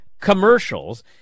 commercials